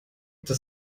das